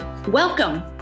Welcome